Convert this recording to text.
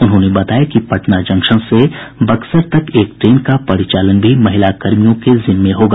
उन्होंने बताया कि पटना जंक्शन से बक्सर तक एक ट्रेन का परिचालन भी महिलाकर्मियों के जिम्मे होगा